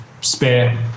spare